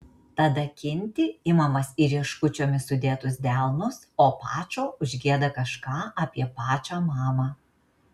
tada kinti imamas į rieškučiomis sudėtus delnus o pačo užgieda kažką apie pačą mamą